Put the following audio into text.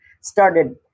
started